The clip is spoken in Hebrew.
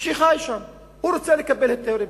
שחי שם והוא רוצה לקבל היתר לבנייה,